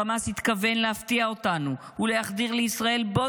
חמאס התכוון להפתיע אותנו ולהחדיר לישראל בו